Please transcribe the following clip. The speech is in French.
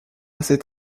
cet